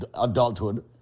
adulthood